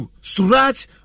Suraj